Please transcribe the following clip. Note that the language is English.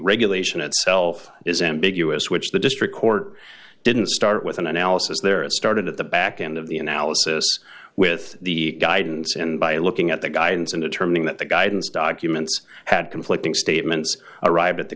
regulation itself is ambiguous which the district court didn't start with an analysis there started at the back end of the analysis with the guidance and by looking at the guidance and determining that the guidance documents had conflicting statements arrive at the